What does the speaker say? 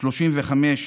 35,